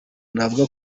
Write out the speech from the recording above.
navuga